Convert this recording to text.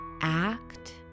act